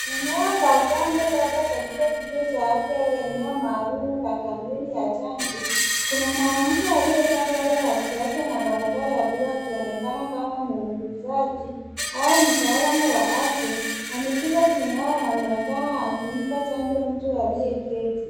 Eneo la chanjo labda katika kituo cha afya au eneo maalum la kampeni ya chanjo. Kuna mwanamke aliyevaa sare ya kiafya na barakoa ya bluu akionekana kama muuguzaji au mtaalamu wa afya. Ameshika bidhaa na anaonekana akimpa chanjo mtu aliyeketi.